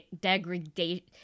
degradation